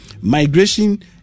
Migration